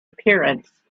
appearance